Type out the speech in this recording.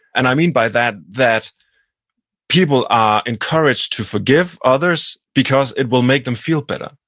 and i mean by that that people are encouraged to forgive others because it will make them feel better.